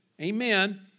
amen